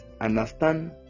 understand